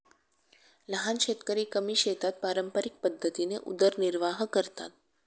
लहान शेतकरी कमी शेतात पारंपरिक पद्धतीने उदरनिर्वाह करतात